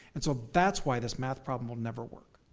and so that's why this math problem will never work.